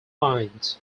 mind